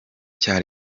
cya